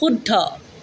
শুদ্ধ